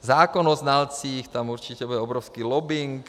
Zákon o znalcích, tam určitě bude obrovský lobbing.